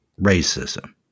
racism